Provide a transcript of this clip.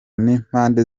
n’impande